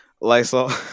Lysol